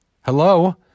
Hello